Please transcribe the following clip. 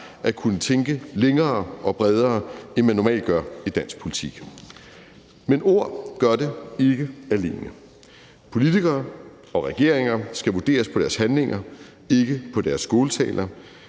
at kunne tænke længere og bredere, end man normalt gør i dansk politik. Men ord gør det ikke alene. Politikere og regeringer skal vurderes på deres handlinger, ikke på deres skåltaler.